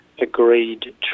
agreed